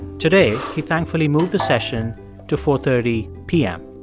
today he thankfully moved the session to four thirty p m.